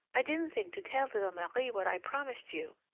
i didn't think to tell little marie what i promised you.